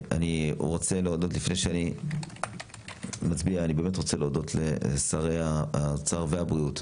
לפני שאני מצביע אני באמת רוצה להודות לשרי האוצר והבריאות,